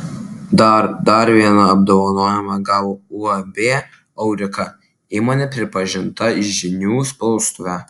dar dar vieną apdovanojimą gavo uab aurika įmonė pripažinta žinių spaustuve